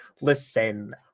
listen